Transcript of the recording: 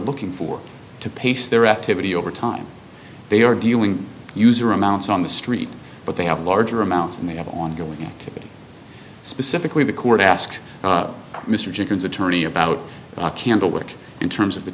looking for to pace their activity over time they are dealing user amounts on the street but they have larger amounts and they have ongoing activity specifically the court asked mr jackson's attorney about candlewick in terms of the